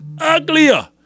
uglier